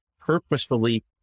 purposefully